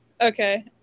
okay